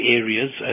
areas